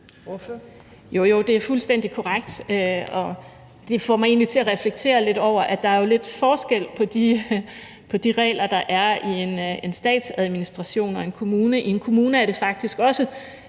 Jo, det er fuldstændig korrekt, og det får mig egentlig til at reflektere lidt over, at der jo er lidt forskel på de regler, der er i en statsadministration, og de regler, der er i en kommune. I en kommune er der faktisk meget